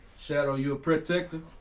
shadow, you are protector?